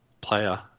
player